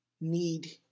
need